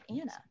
Anna